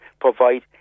provide